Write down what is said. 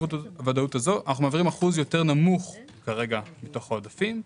אנחנו מעבירים אחוז יותר נמוך כרגע מתוך העודפים,